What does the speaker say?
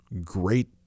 Great